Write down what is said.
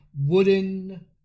wooden